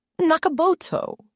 Nakaboto